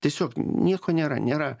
tiesiog nieko nėra nėra